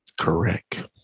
Correct